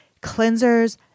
cleansers